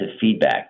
feedback